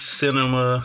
cinema